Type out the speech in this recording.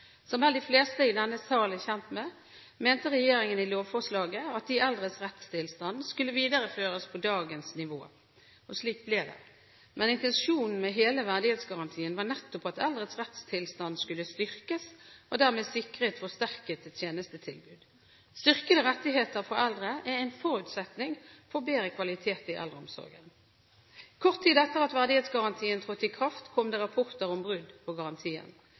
Som vel de fleste i denne sal er kjent med, mente regjeringen i lovforslaget at de eldres rettstilstand skulle videreføres på dagens nivå, og slik ble det. Men intensjonen med hele verdighetsgarantien var nettopp at eldres rettstilstand skulle styrkes, og at en dermed skulle sikre et forsterket tjenestetilbud. Styrkede rettigheter for eldre er en forutsetning for bedre kvalitet i eldreomsorgen. Kort tid etter at verdighetsgarantien trådte i kraft, kom det rapporter om brudd på garantien.